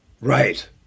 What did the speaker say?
Right